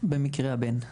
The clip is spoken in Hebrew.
במקרה הבן.